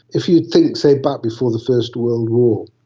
if you think, say, back before the first world war,